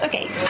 Okay